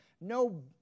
no